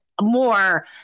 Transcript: more